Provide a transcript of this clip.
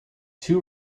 two